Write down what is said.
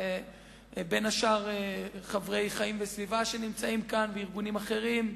בין השאר חברי "חיים וסביבה" שנמצאים כאן וארגונים אחרים,